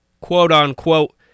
quote-unquote